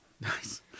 Nice